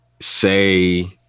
say